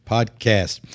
Podcast